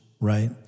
right